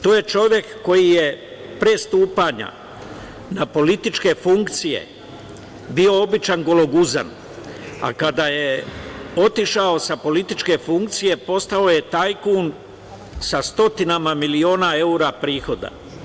To je čovek koji je pre stupanja na političke funkcije bio običan gologuzan, a kada je otišao sa političke funkcije, postao je tajkun sa stotinama miliona evra prihoda.